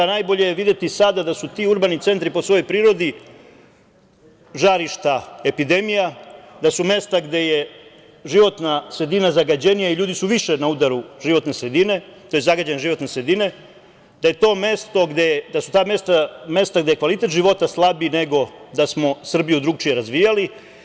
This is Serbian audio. Najbolje je videti sada da su ti urbani centri po svojoj prirodi žarišta epidemija, da su mesta gde je životna sredina zagađenija i ljudi su više na udaru zagađene životne sredine, da su ta mesta gde je kvalitet života slabiji nego da smo Srbiju drugačije razvijali.